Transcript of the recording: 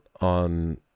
on